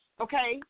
okay